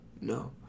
No